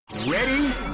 Ready